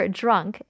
drunk